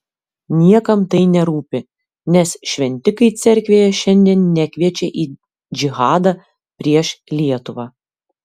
niekam tai nerūpi nes šventikai cerkvėje šiandien nekviečia į džihadą prieš lietuvą